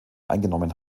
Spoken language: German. eingenommen